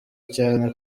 cyane